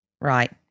Right